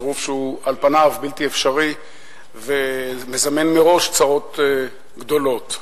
צירוף שעל פניו הוא בלתי אפשרי ומזמן מראש צרות גדולות.